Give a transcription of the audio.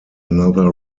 another